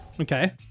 Okay